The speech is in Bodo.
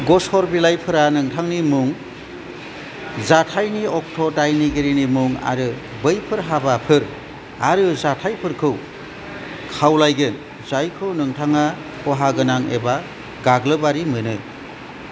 गसर बिलाइफोरा नोंथांनि मुं जाथायनि अक्ट' दायनिगिरिनि मुं आरो बैफोर हाबाफोर आरो जाथायफोरखौ खावलायगोन जायखौ नोंथाङा खहा गोनां एबा गाग्लोबारि मोनो